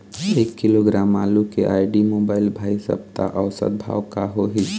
एक किलोग्राम आलू के आईडी, मोबाइल, भाई सप्ता औसत भाव का होही?